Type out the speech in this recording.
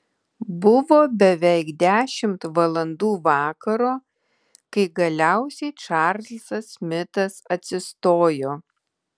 buvo beveik dešimt valandų vakaro kai galiausiai čarlzas smitas atsistojo